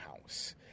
house